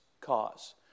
cause